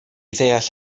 ddeall